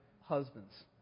husbands